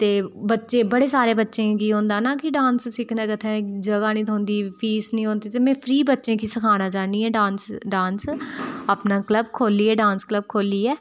ते बच्चे बड़े सारे बच्चें गी होंदा ना कि डांस सिक्खने ते उत्थे जगह् नी थोंह्दी फीस नी होंदी ते में फ्री बच्चें गी सखाना चाह्नी ऐ डांस अपना क्लब खोह्लियै डांस क्लब खोह्लियै